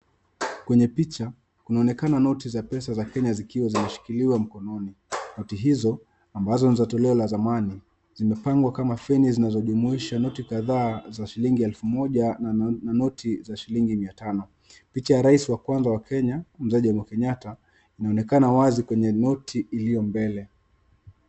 Kwenye picha, kunaonekana noti za pesa za Kenya zikiwa zimeshikiliwa mkononi. Noti hizo ambazo ni za toleo la zamani, zimepangwa kama feni zinazojumuisha noti kadhaa za shilingi elfu moja na noti za shilingi mia tano. Picha ya Rais wa Kwanza wa Kenya, Mzee Jomo Kenyatta inaonekana wazi kwenye noti iliyo mbele.